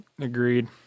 Agreed